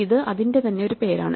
ഇത് അതിന്റെ തന്നെ ഒരു പേരാണ്